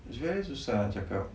it's very susah nak cakap